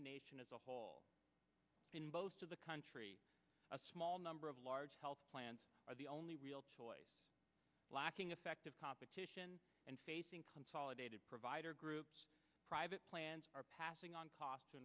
the nation as a whole can boast of the country a small number of large health plans are the only real choice lacking effective competition and facing consolidated provider groups private plans are passing on costs